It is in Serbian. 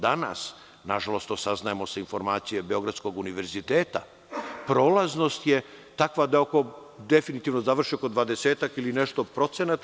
Danas, nažalost to saznajemo sa informacije Beogradskog univerziteta, prolaznost je takva da definitivno završi oko 20-ak ili nešto procenata.